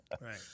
Right